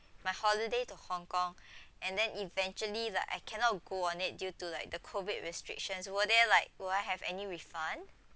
my holiday to Hong-Kong and then eventually that I cannot go on it due to like the COVID restrictions will there like will I have any refund